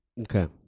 Okay